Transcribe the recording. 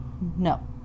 No